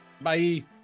Bye